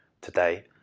today